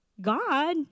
God